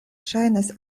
ŝajnas